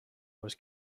was